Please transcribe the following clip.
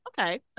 okay